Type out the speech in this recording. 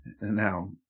now